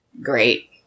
Great